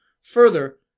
Further